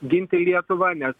ginti lietuvą ne